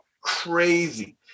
crazy